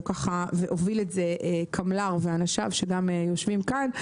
הזה הוביל קמל"ר ואנשיו שיושבים כאן.